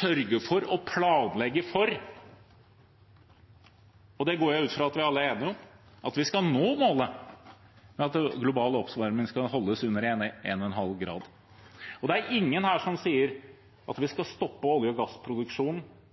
sørge for å planlegge for – og det går jeg ut fra at vi alle er enige om – at vi skal nå målet om at global oppvarming skal holdes under 1,5 grader. Det er ingen her som sier at vi skal stoppe olje- og gassproduksjonen